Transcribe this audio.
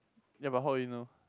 ya but how you know